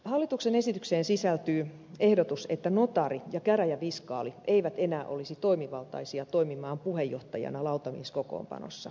hallituksen esitykseen sisältyy ehdotus että notaari ja käräjäviskaali eivät enää olisi toimivaltaisia toimimaan puheenjohtajana lautamieskokoonpanossa